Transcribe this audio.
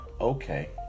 Okay